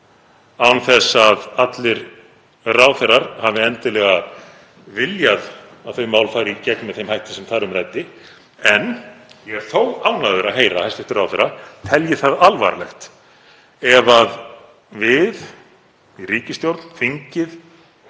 án þess að allir ráðherrar hafi endilega viljað að þau mál færu í gegn með þeim hætti sem þar um ræddi. Ég er þó ánægður að heyra að hæstv. ráðherra telji það alvarlegt ef við í ríkisstjórn, þingið